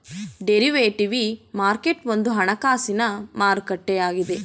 derivative market ಒಂದು ಹಣಕಾಸಿನ ಮಾರುಕಟ್ಟೆಯಾಗಿದೆ